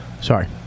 Sorry